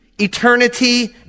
eternity